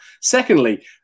Secondly